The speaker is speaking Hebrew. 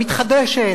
המתחדשת,